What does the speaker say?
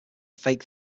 fake